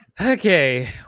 okay